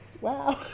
Wow